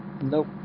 Nope